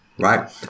Right